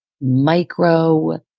micro